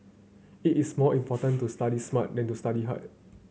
it is more important to study smart than to study hard